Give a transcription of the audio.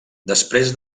després